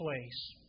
place